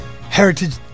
heritage